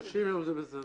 30 יום זה בסדר.